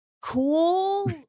cool